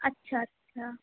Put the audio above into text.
আচ্ছা আচ্ছা